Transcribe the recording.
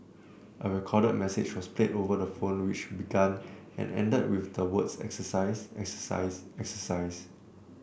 a recorded message was played over the phone which began and ended with the words exercise exercise exercise